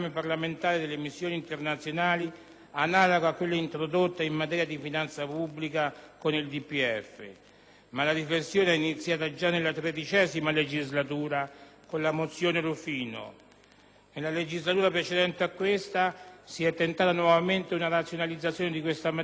Ma la riflessione è iniziata nella XIII legislatura con la mozione Rufino. Nella legislatura precedente si è tentata nuovamente una razionalizzazione di questa materia attraverso varie proposte di legge, il cui *iter* è stato interrotto dalla fine anticipata della legislatura.